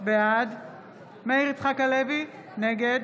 בעד מאיר יצחק הלוי, נגד